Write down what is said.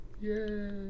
Yay